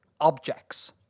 objects